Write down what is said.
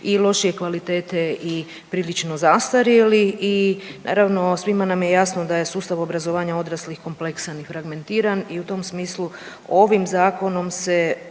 i lošije kvalitete i prilično zastarjeli i naravno svima nam je jasno da je sustav obrazovanja odraslih kompleksan i fragmentiran i u tom smislu ovim zakonom se